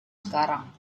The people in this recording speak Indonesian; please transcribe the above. sekarang